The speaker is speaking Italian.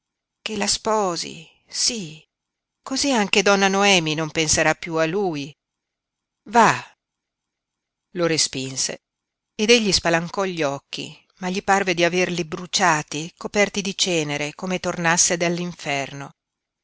che la sposi sí cosí anche donna noemi non penserà piú a lui va lo respinse ed egli spalancò gli occhi ma gli parve di averli bruciati coperti di cenere come tornasse